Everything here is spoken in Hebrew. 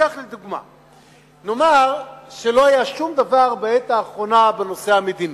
ניקח לדוגמה: נאמר שלא היה שום דבר בנושא המדיני.